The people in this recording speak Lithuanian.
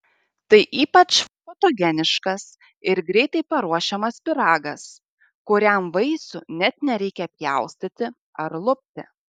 tai ypač fotogeniškas ir greitai paruošiamas pyragas kuriam vaisių net nereikia pjaustyti ar lupti